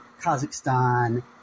Kazakhstan